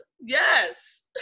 yes